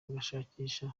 bagashakisha